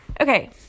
Okay